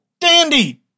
dandy